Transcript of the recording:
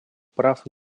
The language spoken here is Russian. прав